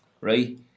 right